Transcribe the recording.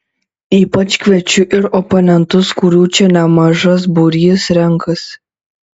ypač kviečiu ir oponentus kurių čia nemažas būrys renkasi